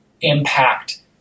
impact